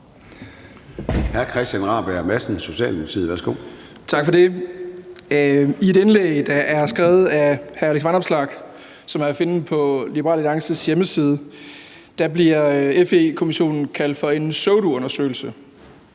Christian Rabjerg Madsen (S): Tak for det. I et indlæg, der er skrevet af hr. Alex Vanopslagh, og som er at finde på Liberal Alliances hjemmeside, bliver FE-kommissionen kaldt for en pseudoundersøgelse,